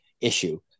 issue